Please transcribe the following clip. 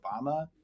Obama